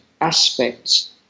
aspects